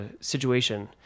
situation